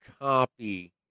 copy